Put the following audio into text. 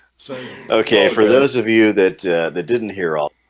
so okay for those of you that that didn't hear all